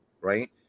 right